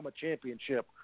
championship